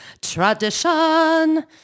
tradition